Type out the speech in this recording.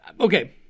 Okay